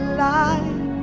light